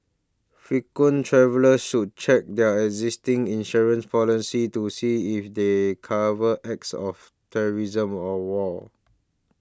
frequent travellers should check their existing insurance policies to see if they cover acts of terrorism or war